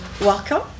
welcome